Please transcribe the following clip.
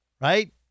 Right